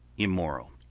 immoral.